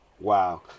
Wow